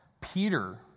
Peter